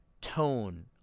tone